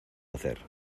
hacer